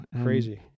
crazy